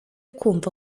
kumva